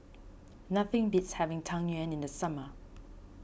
nothing beats having Tang Yuen in the summer